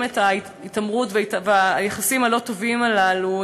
את ההתעמרות והיחסים הלא-טובים הללו.